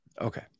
Okay